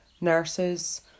nurses